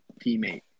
teammate